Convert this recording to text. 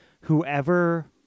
whoever